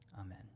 Amen